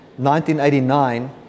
1989